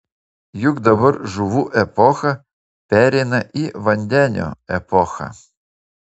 juk dabar žuvų epocha pereina į vandenio epochą